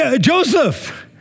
Joseph